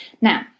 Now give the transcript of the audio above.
Now